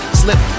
slip